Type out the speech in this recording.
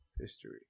History